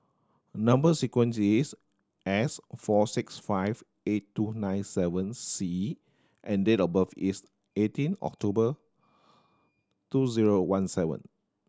number sequence is S four six five eight two nine seven C and date of birth is eighteen October two zero one seven